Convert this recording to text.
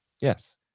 Yes